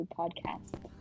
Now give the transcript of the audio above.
podcast